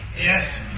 Yes